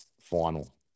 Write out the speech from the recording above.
final